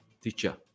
teacher